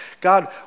God